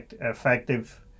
effective